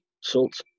salt